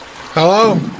hello